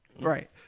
Right